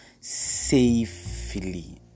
safely